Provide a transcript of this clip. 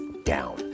down